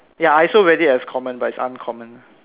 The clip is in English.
ya I also read it as common but its uncommon